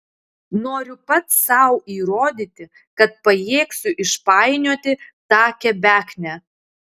noriu pats sau įrodyti kad pajėgsiu išpainioti tą kebeknę